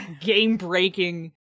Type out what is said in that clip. game-breaking